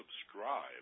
subscribe